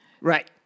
Right